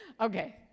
okay